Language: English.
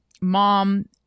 mom